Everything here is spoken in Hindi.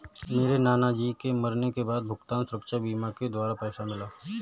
मेरे नाना जी के मरने के बाद भुगतान सुरक्षा बीमा के द्वारा पैसा मिला